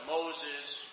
Moses